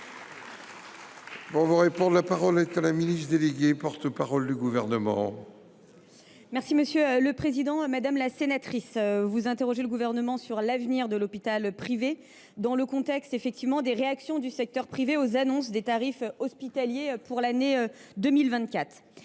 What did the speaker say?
La parole est à Mme la ministre déléguée chargée du renouveau démocratique, porte parole du Gouvernement. Madame la sénatrice, vous interrogez le Gouvernement sur l’avenir de l’hôpital privé dans le contexte des réactions du secteur privé aux annonces des tarifs hospitaliers pour l’année 2024.